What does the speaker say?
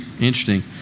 interesting